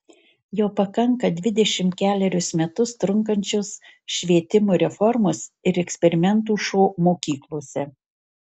jau pakanka dvidešimt kelerius metus trunkančios švietimo reformos ir eksperimentų šou mokyklose